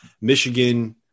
Michigan